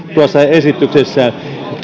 tuossa esityksessään